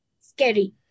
scary